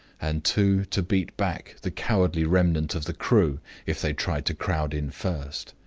and two to beat back the cowardly remnant of the crew if they tried to crowd in first.